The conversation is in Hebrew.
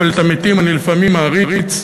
אבל את המתים אני לפעמים מעריץ,